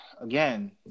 again